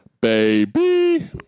baby